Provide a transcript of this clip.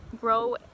grow